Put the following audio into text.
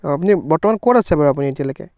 অঁ আপুনি বৰ্তমান ক'ত আছে বাৰু আপুনি এতিয়ালৈকে